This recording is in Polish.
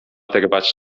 trwać